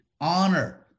honor